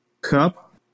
Cup